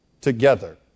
together